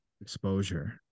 exposure